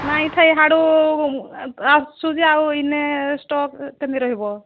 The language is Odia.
ନାଇଁ ସେହି ସିଆଡ଼ୁ ଆସୁଛି ଆଉ ଏଇନେ ଷ୍ଟକ୍ କେମିତି ରହିବ